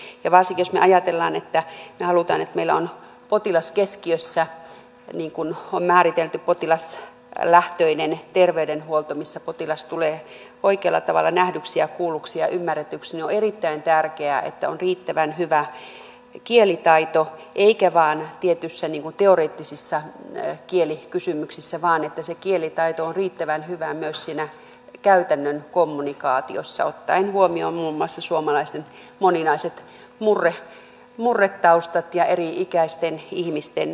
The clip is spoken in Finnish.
ja varsinkin jos me ajattelemme että me haluamme että meillä on potilas keskiössä on määritelty potilaslähtöinen terveydenhuolto missä potilas tulee oikealla tavalla nähdyksi ja kuulluksi ja ymmärretyksi on erittäin tärkeää että on riittävän hyvä kielitaito eikä vain tietyissä teoreettisissa kielikysymyksissä vaan että se kielitaito on riittävän hyvää myös siinä käytännön kommunikaatiossa ottaen huomioon muun muassa suomalaisten moninaiset murretaustat ja eri ikäisten ihmisten ilmaisutaidon